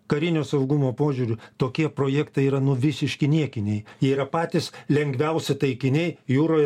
karinio saugumo požiūriu tokie projektai yra nu visiški niekiniai jie yra patys lengviausi taikiniai jūroje